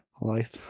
life